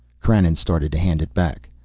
krannon started to hand it back.